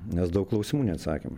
nes daug klausimų neatsakėm